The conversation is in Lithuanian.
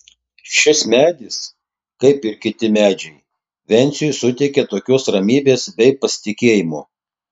šis medis kaip ir kiti medžiai venciui suteikia tokios ramybės bei pasitikėjimo